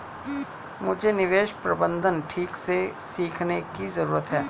मुझे निवेश प्रबंधन ठीक से सीखने की जरूरत है